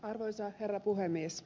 arvoisa herra puhemies